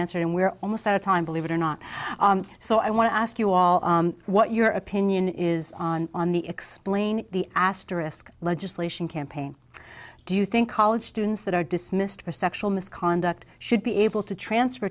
answered and we're almost out of time believe it or not so i want to ask you all what your opinion is on on the explain the asterisk legislation campaign do you think college students that are dismissed for sexual misconduct should be able to transfer